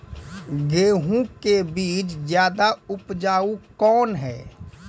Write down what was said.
गेहूँ के बीज ज्यादा उपजाऊ कौन है?